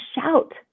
shout